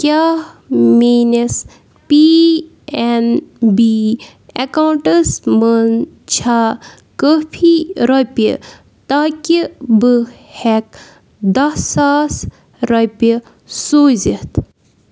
کیٛاہ میٲنِس P N B accounts منٛز چھا کٲفی رۄپیہِ تاکہِ بہٕ ہٮ۪کہٕ دَہ ساس رۄپیہِ سوٗزِتھ